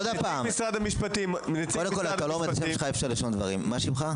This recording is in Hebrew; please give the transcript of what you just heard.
עוד הפעם --- נציג משרד המשפטים --- מה שמך?